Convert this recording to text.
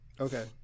Okay